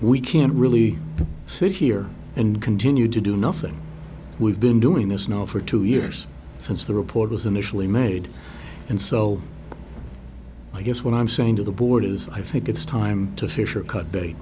we can't really sit here and continue to do nothing we've been doing this now for two years since the report was initially made and so i guess what i'm saying to the board is i think it's time to fish or cut